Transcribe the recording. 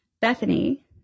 Bethany